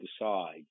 decide